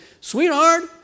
Sweetheart